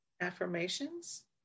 Affirmations